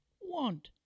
want